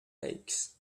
lakes